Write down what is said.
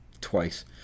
twice